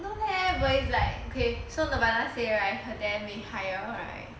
no leh but it's like okay so nirvana say right her there rate higher right